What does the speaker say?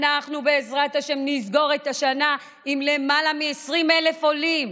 אנחנו בעזרת השם נסגור את השנה עם למעלה מ-20,000 עולים,